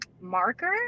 marker